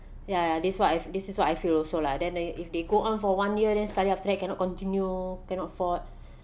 ya ya this what I fee~ this is what I feel also lah then they if they go on for one year then sekali after that cannot continue cannot afford